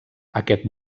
aquest